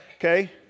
Okay